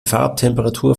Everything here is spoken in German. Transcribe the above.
farbtemperatur